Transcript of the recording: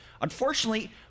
Unfortunately